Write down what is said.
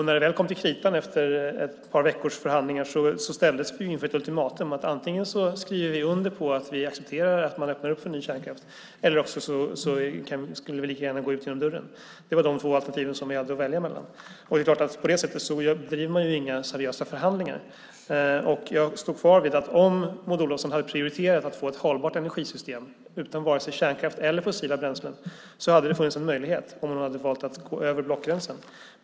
När det väl kom till kritan efter ett par veckors förhandlingar ställdes vi inför ett ultimatum att vi antingen skulle skriva under att vi accepterar att man öppnar för ny kärnkraft eller också lika gärna kunde gå ut genom dörren. Det var de två alternativ som vi hade att välja mellan. På det sättet driver man inga seriösa förhandlingar. Jag står kvar vid att om Maud Olofsson hade prioriterat att få ett hållbart energisystem utan vare sig kärnkraft eller fossila bränslen hade det funnits en möjlighet om hon hade valt att gå över blockgränsen.